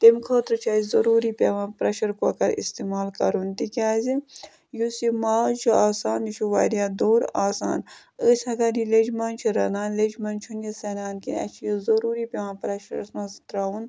تَمہِ خٲطرٕ چھِ اَسہِ ضٔروٗری پٮ۪وان پرٛٮ۪شَر کُکَر استعمال کَرُن تِکیٛازِ یُس یہِ ماز چھُ آسان یہِ چھُ واریاہ دوٚر آسان أسۍ اگر یہِ لیٚجہِ منٛز چھِ رَنان لیٚجہِ منٛز چھُنہٕ یہِ سٮ۪نان کیٚنٛہہ اَسہِ چھِ یہِ ضٔروٗری پٮ۪وان پرٛٮ۪شرَس منٛز ترٛاوُن